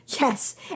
Yes